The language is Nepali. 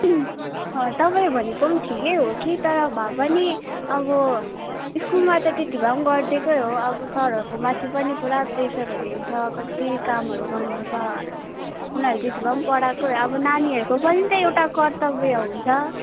तपाईँले भनेको पनि ठिकै हो कि तर भए पनि अब स्कुलमा त्यति भए पनि गरिदिएकै हो अब सरहरूको माथि पनि पुरा प्रेसरहरू हुन्छ कति कामहरू गर्नुपर्छ उनीहरूले त्यति भए पनि पढाएकै हो अब नानीहरूको पनि त एउटा कर्तव्य हुन्छ